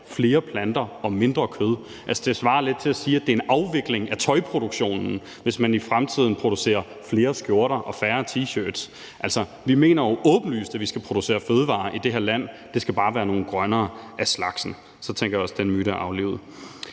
flere planter og mindre kød. Det svarer lidt til at sige, at det er en afvikling af tøjproduktionen, hvis man i fremtiden producerer flere skjorter og færre T-shirts. Altså, vi mener jo åbenlyst, at vi skal producere fødevarer i det her land – det skal bare være nogle grønnere af slagsen. Så tænker jeg også, at den myte er aflivet.